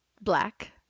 Black